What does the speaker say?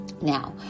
now